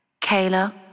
Kayla